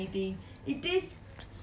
damn good I know right